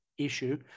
issue